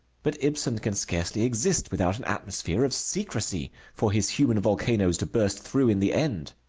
but ibsen can scarcely exist without an atmosphere of secrecy for his human volcanoes to burst through in the end.